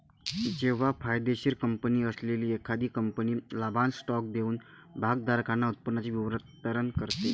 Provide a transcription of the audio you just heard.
जेव्हा फायदेशीर कंपनी असलेली एखादी कंपनी लाभांश स्टॉक देऊन भागधारकांना उत्पन्नाचे वितरण करते